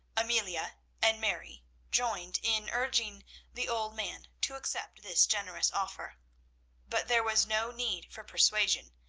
amelia and mary joined in urging the old man to accept this generous offer but there was no need for persuasion.